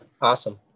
Awesome